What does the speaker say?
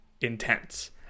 Intense